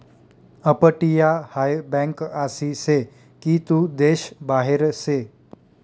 अपटीया हाय बँक आसी से की तू देश बाहेर से